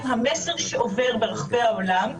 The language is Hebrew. הן כולן עוד ברשימת המדינות המותרות.